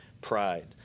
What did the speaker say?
pride